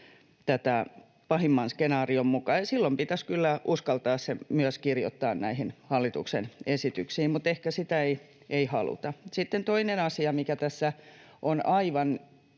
tätä pahimman skenaarion mukaan, ja silloin pitäisi kyllä uskaltaa se myös kirjoittaa näihin hallituksen esityksiin, mutta ehkä sitä ei haluta. Sitten toinen asia, mikä tässä on aivan